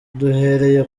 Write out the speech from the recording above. duhereye